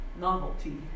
novelty